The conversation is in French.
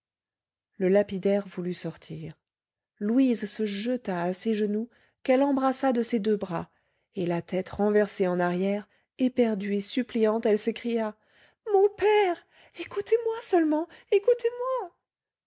le lapidaire voulut sortir louise se jeta à ses genoux qu'elle embrassa de ses deux bras et la tête renversée en arrière éperdue et suppliante elle s'écria mon père écoutez-moi seulement écoutez-moi